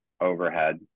overhead